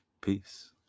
peace